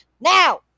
Now